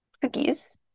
cookies